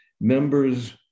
Members